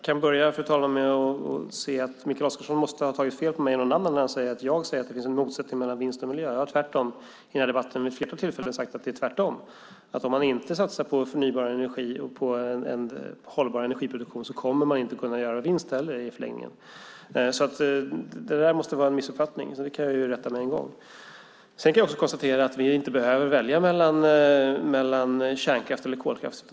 Fru talman! Till att börja med måste Mikael Oscarsson ha tagit fel på mig och någon annan när han menar att jag säger att det finns en motsättning mellan vinst och miljö. Jag har vid ett flertal tillfällen i den här debatten sagt att det är tvärtom - om man inte satsar på förnybar energi och på en hållbar energiproduktion kommer man inte heller att kunna göra någon vinst i förlängningen. Det där måste vara en missuppfattning, som jag kan rätta med en gång. Jag kan konstatera att vi inte behöver välja mellan kärnkraft och kolkraft.